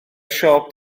siop